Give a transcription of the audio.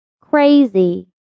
Crazy